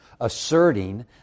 asserting